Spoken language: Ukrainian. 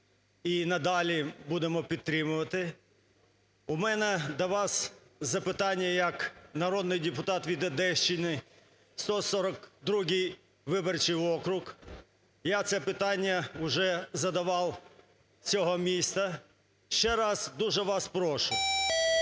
і надалі буде підтримувати. У мене до вас запитання. Як народний депутат від Одещини, 142 виборчий округ, я це питання уже задавав, цього міста. Ще раз дуже вас прошу,